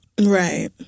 Right